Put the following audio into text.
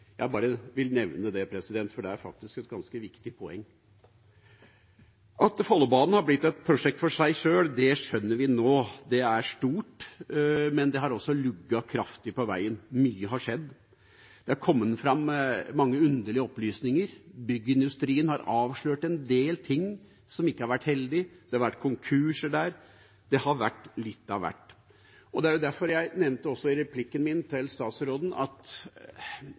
Jeg vil bare nevne det, for det er faktisk et ganske viktig poeng. At Follobanen har blitt et prosjekt for seg sjøl, skjønner vi nå. Det er stort, men det har også lugget kraftig på veien. Mye har skjedd. Det har kommet fram mange underlige opplysninger. Byggeindustrien har avslørt en del ting som ikke har vært heldige, det har vært konkurser der, det har vært litt av hvert. Derfor nevnte jeg også i replikken min til statsråden at